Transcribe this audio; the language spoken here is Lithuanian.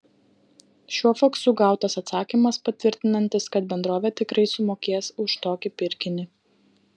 šiuo faksu gautas atsakymas patvirtinantis kad bendrovė tikrai sumokės už tokį pirkinį